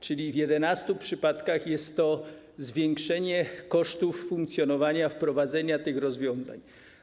Czyli w 11 przypadkach jest to zwiększenie kosztów funkcjonowania tych wprowadzonych rozwiązań.